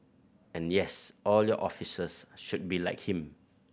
and yes all your officers should be like him